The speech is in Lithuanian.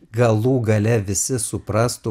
galų gale visi suprastų